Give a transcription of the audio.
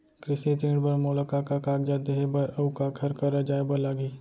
कृषि ऋण बर मोला का का कागजात देहे बर, अऊ काखर करा जाए बर लागही?